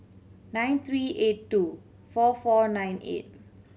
nine three eight two four four nine eight